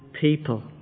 people